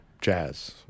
jazz